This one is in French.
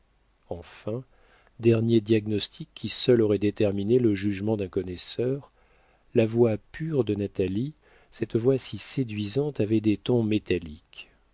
enfin dernier diagnostic qui seul aurait déterminé le jugement d'un connaisseur la voix pure de natalie cette voix si séduisante avait des tons métalliques